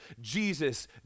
Jesus